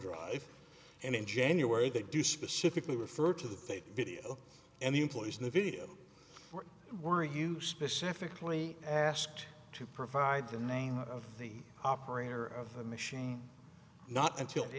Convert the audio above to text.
drive and in january they do specifically refer to the fake video and the employees in the video were you specifically asked to provide the name of the operator of the machine not until